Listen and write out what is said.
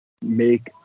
make